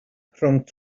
rhwng